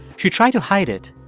she tried to hide it,